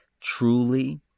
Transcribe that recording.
truly